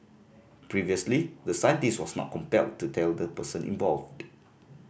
previously the scientist was not compelled to tell the person involved